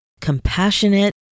compassionate